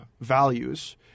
values